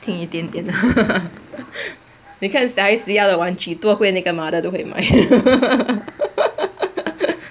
听一点点 你看小孩子要的玩具多贵那个 mother 都会买